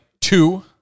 Two